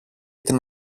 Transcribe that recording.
την